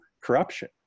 corruption